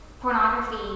pornography